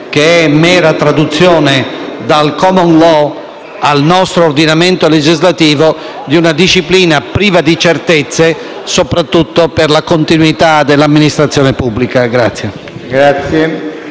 che è mera traduzione, dal *common law* al nostro ordinamento legislativo, di una disciplina priva di certezze, soprattutto per la continuità dell'amministrazione pubblica.